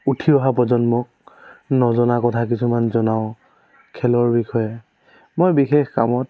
উঠি অহা প্ৰজন্মক নজনা কথা কিছুমান জনাও খেলৰ বিষয়ে মই বিশেষ কামত